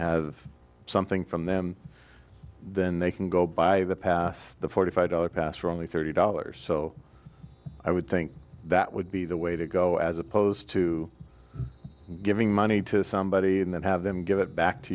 have something from them then they can go buy the pass the forty five dollars pass for only thirty dollars so i would think that would be the way to go as opposed to giving money to somebody and then have them give it back to